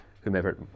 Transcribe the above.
whomever